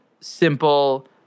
simple